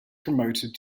promoted